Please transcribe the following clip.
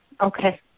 Okay